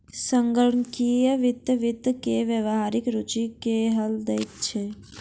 संगणकीय वित्त वित्त के व्यावहारिक रूचि के हल दैत अछि